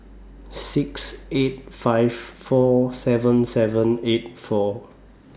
six eight five four seven seven eight four